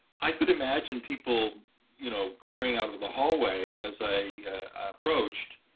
i could imagine people you know clearing out of the hallway as i approached,